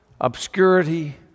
obscurity